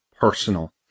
personal